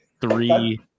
Three